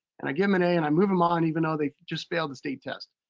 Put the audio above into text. and i give em an a, and i move em on even though they just failed the state test.